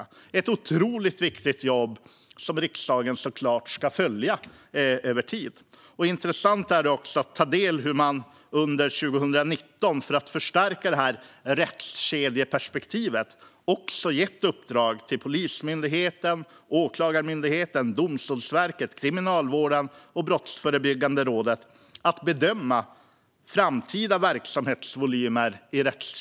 Detta är ett otroligt viktigt jobb som riksdagen såklart ska följa över tid. Det är också intressant att ta del av hur regeringen under 2019 för att förstärka rättskedjeperspektivet också har gett uppdrag till Polismyndigheten, Åklagarmyndigheten, Domstolsverket, Kriminalvården och Brottsförebyggande rådet att bedöma framtida verksamhetsvolymer i rättskedjan.